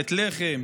ובית לחם,